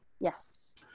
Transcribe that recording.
Yes